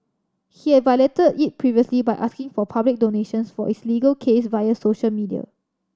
he had violated it previously by asking for public donations for his legal case via social media